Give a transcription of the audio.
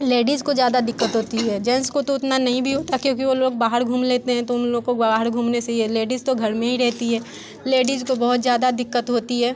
ladies को ज़्यादा दिक्कत होती है जेन्स को तो उतना नहीं भी होता क्योंकि वो लोग बाहर घूम लेते हैं तो उन लोग को बाहर घूमने से ही है लेडीस तो घर में ही रहती है लेडीज़ को बहुत ज़्यादा दिक्क्त होती है